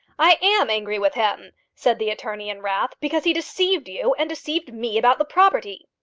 i am angry with him, said the attorney in wrath, because he deceived you and deceived me about the property.